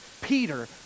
Peter